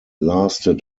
lasted